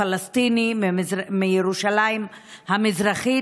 פלסטיני מירושלים המזרחית,